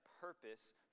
purpose